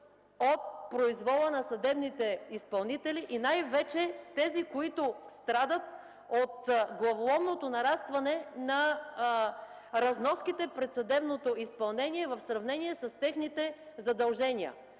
от произвола на съдебните изпълнители и най-вече тези, които страдат от главоломното нарастване на разноските пред съдебното изпълнение в сравнение с техните задължения.